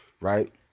right